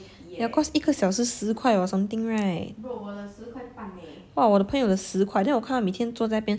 yeah cause 一个小时十块 or something right !huh! 我的朋友的十块 then 我看他每天坐在那边